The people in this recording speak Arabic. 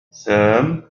سام